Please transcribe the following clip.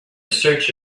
search